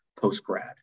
post-grad